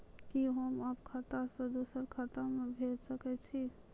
कि होम आप खाता सं दूसर खाता मे भेज सकै छी?